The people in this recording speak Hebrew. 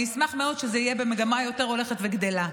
אני אשמח מאוד שזה יהיה במגמה הולכת וגדלה.